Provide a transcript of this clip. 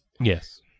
Yes